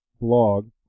blog